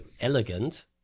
elegant